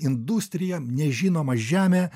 industrija nežinoma žemė